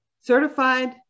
certified